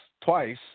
twice